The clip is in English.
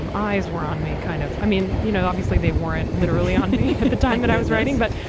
um eyes were on me. kind of. i mean, you know, obviously they weren't literally on me at the time that i was writing. but,